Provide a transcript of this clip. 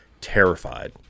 terrified